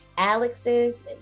Alex's